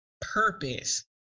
Purpose